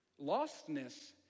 Lostness